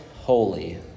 holy